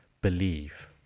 believe